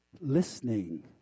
listening